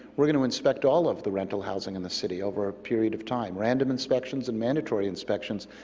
we're going to inspect all of the rental housing in the city over a period of time, random inspections and mandatory inspections,